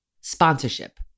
Sponsorship